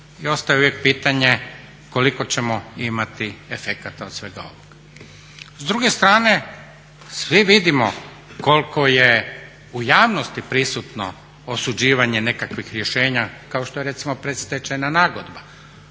i ostaje uvijek pitanje koliko ćemo imati efekata od svega ovoga. S druge strane, svi vidimo koliko je u javnosti prisutno osuđivanje nekakvih rješenja kao što je recimo predstečajna nagodba,